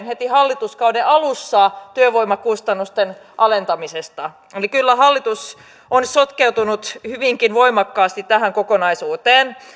heti hallituskauden alussa lukkoon tavoitteen työvoimakustannusten alentamisesta eli kyllä hallitus on sotkeutunut hyvinkin voimakkaasti tähän kokonaisuuteen